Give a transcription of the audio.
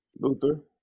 Luther